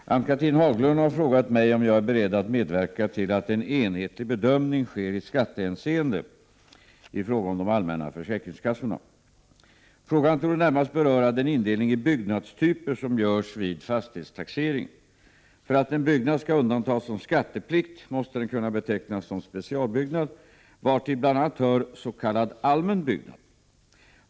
Herr talman! Ann-Cathrine Haglund har frågat mig om jag är beredd att medverka till att en enhetlig bedömning sker i skattehänseende i fråga om de allmänna försäkringskassorna. Frågan torde närmast beröra den indelning i byggnadstyper som görs vid fastighetstaxeringen. För att en byggnad skall undantas från skatteplikt måste den kunna betecknas som specialbyggnad, vartill bl.a. hör s.k. allmän byggnad.